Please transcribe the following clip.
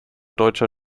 deutscher